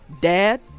Dad